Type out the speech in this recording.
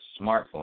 smartphone